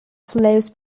flows